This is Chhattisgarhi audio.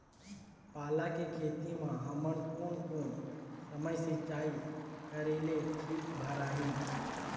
पाला के खेती मां हमन कोन कोन समय सिंचाई करेले ठीक भराही?